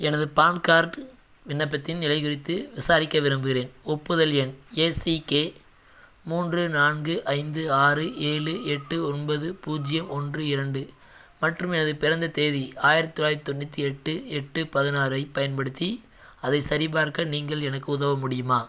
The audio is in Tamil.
எனது பான் கார்டு விண்ணப்பத்தின் நிலை குறித்து விசாரிக்க விரும்புகிறேன் ஒப்புதல் எண் ஏசிகே மூன்று நான்கு ஐந்து ஆறு ஏலு எட்டு ஒன்பது பூஜ்ஜியம் ஒன்று இரண்டு மற்றும் எனது பிறந்த தேதி ஆயிரத்தி தொள்ளாயிரத்தி தொண்ணூற்றி எட்டு எட்டு பதினாறைப் பயன்படுத்தி அதை சரிபார்க்க நீங்கள் எனக்கு உதவ முடியுமா